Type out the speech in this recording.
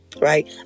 Right